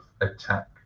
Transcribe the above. attack